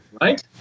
right